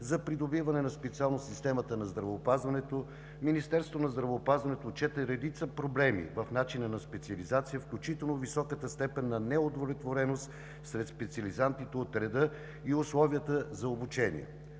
за придобиване на специалност в системата на здравеопазването Министерството на здравеопазването отчете редица проблеми в начина на специализация, включително високата степен на неудовлетвореност сред специализантите от реда и условията за обучение.